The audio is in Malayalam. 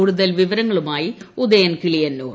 കൂടുതൽ വിവരങ്ങളുമായി ഉദയൻ കിളിയന്നൂർ